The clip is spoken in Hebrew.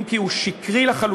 אם כי הוא שקרי לחלוטין,